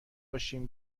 باشیم